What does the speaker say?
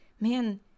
man